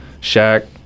Shaq